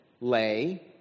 lay